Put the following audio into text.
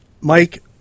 Mike